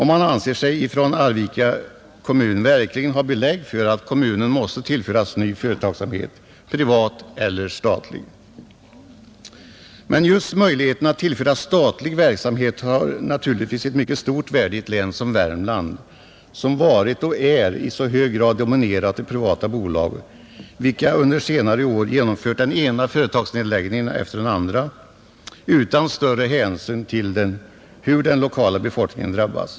Man anser sig från Arvika kommun verkligen ha belägg för att kommunen måste tillföras ny företagsamhet, privat eller statlig. Just möjligheten att tillföra statlig verksamhet har naturligtvis ett mycket stort värde i ett län som i Värmland, som varit och är i hög grad dominerat av privata bolag, vilka under senare år genomfört den ena företagsnedläggningen efter den andra utan större hänsyn till hur den lokala befolkningen drabbats.